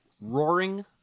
roaring